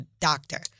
doctor